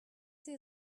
see